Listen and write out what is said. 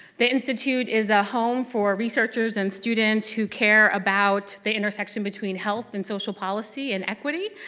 the institute is a home for researchers and students who care about the intersection between health and social policy and equity,